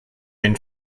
been